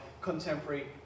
contemporary